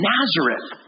Nazareth